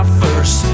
first